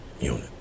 unit